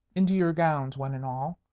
into your gowns, one and all!